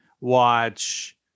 watch